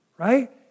right